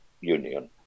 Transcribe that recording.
Union